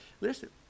Listen